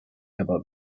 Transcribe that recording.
about